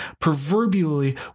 Proverbially